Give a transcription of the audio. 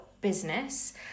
business